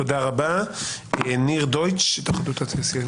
תודה רבה, ניר דויטש, התאחדות התעשיינים.